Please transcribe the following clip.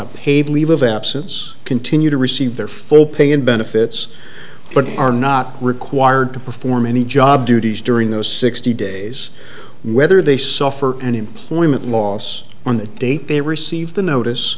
a paid leave of absence continue to receive their full pay and benefits but are not required to perform any job duties during those sixty days whether they suffer an employment loss on the date they receive the notice